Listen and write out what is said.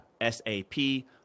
S-A-P